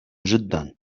جدا